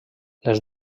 les